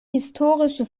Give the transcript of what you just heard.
historische